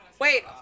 Wait